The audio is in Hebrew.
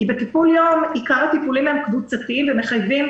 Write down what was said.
כי בטיפול יום עיקר הטיפולים הם קבוצתיים ומחייבים